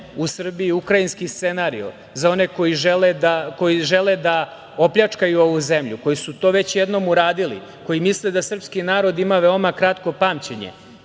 u Srbiji Ukrajinski scenario, za one koji žele da opljačkaju ovu zemlju, koji su to već jednom uradili, koji misle da srpski narod ima veoma kratko pamćenje.